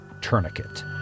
Tourniquet